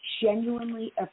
genuinely